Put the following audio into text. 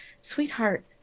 sweetheart